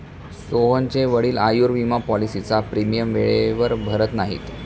सोहनचे वडील आयुर्विमा पॉलिसीचा प्रीमियम वेळेवर भरत नाहीत